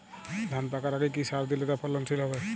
ধান পাকার আগে কি সার দিলে তা ফলনশীল হবে?